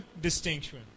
distinction